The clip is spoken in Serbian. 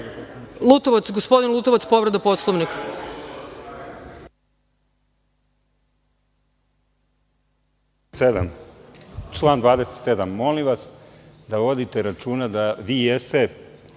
tome. Gospodin Lutovac, povreda Poslovnika.